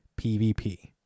PvP